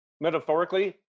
metaphorically